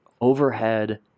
overhead